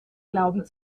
glauben